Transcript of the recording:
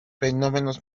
fenómeno